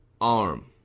arm